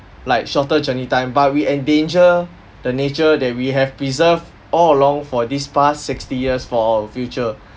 like shorter journey time but we endanger the nature that we have preserved all along for this past sixty years for our future